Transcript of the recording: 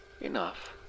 Enough